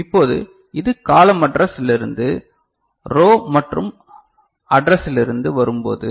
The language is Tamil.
இப்போது இது காலம் அட்ரஸ் லிருந்து ரோ மற்றும் அட்ரஸிலிருந்து வரும்போது